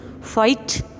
fight